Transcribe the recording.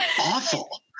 awful